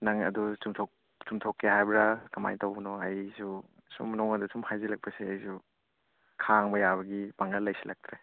ꯅꯪ ꯑꯗꯣ ꯆꯨꯝꯊꯣꯛꯀꯦ ꯍꯥꯏꯕ꯭ꯔꯥ ꯀꯃꯥꯏ ꯇꯧꯕꯅꯣ ꯑꯩꯁꯨ ꯁꯨꯝ ꯅꯉꯣꯟꯗ ꯁꯨꯝ ꯍꯥꯏꯖꯤꯜꯂꯛꯄꯁꯦ ꯑꯩꯁꯨ ꯈꯥꯡꯕ ꯌꯥꯕꯒꯤ ꯄꯥꯡꯒꯜ ꯂꯩꯁꯜꯂꯛꯇ꯭ꯔꯦ